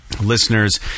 listeners